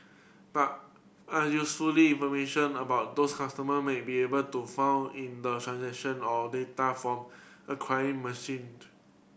but an usefully information about those customer may be able to found in the transaction or data from acquiring merchant